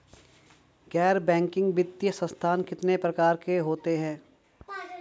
गैर बैंकिंग वित्तीय संस्थान कितने प्रकार के होते हैं?